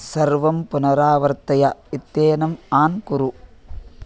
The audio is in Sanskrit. सर्वं पुनरावर्तय इत्येनम् आन् कुरु